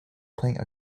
playing